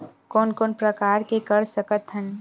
कोन कोन प्रकार के कर सकथ हन?